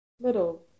little